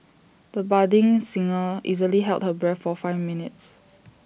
the budding singer easily held her breath for five minutes